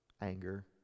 anger